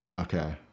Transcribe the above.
Okay